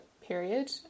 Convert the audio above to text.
period